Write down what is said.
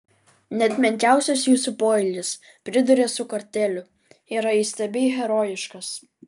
net menkiausias jūsų poelgis priduria su kartėliu yra įstabiai herojiškas